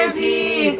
ah the